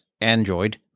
Android